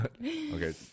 Okay